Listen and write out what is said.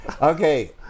Okay